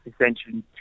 essentially